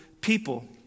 people